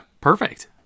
Perfect